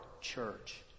church